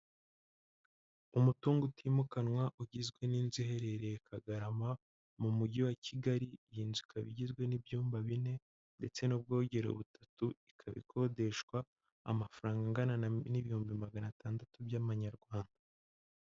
Umutungo utimukanwa ugizwe n'inzu iherereye kagarama mu mujyi wa Kigali, iyi nzu ikaba igizwe n'ibyumba bine ndetse n'ubwogero butatu, ikaba ikodeshwa amafaranga angana n'ibihumbi magana atandatu by'amanyarwanda.